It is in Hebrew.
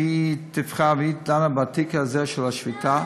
שהיא תיווכה והיא דנה בתיק הזה של השביתה,